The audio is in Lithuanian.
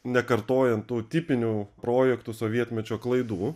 nekartojant tų tipinių projektų sovietmečio klaidų